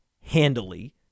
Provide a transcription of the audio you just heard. handily